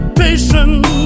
patient